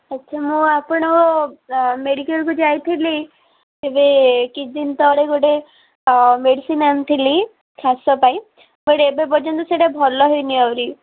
ଆଜ୍ଞା ମୁଁ ଆପଣଙ୍କ ମେଡ଼ିକାଲକୁ ଯାଇଥିଲି ଏବେ କିଛି ଦିନ ତଳେ ଗୋଟେ ମେଡ଼ିସିନ ଆଣିଥିଲି କାଶ ପାଇଁ ଏବେ ପର୍ଯ୍ୟନ୍ତ ସେଇଟା ଭଲ ହେଇନି ଆହୁରି